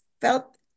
felt